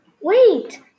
Wait